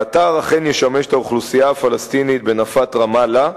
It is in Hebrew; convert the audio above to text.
האתר אכן ישמש את האוכלוסייה הפלסטינית בנפת רמאללה,